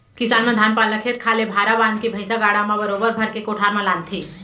किसान मन धान पान ल खेत खार ले भारा बांध के भैंइसा गाड़ा म बरोबर भर के कोठार म लानथें